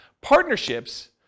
Partnerships